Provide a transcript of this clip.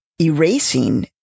erasing